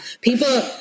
people